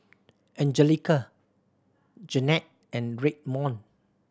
Angelica Jennette and Redmond